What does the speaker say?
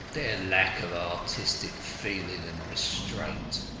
their lack of artistic feeling and restraint.